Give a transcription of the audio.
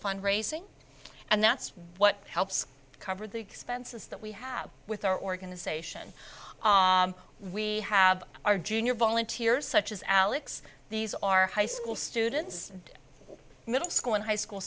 fundraising and that's what helps cover the expenses that we have with our organization we have our junior volunteers such as alex these are high school students and middle school and high school